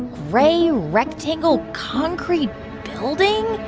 gray, rectangle, concrete building.